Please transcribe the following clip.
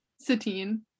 Satine